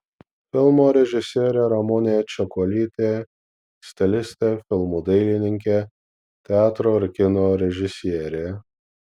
filmo režisierė ramunė čekuolytė stilistė filmų dailininkė teatro ir kino režisierė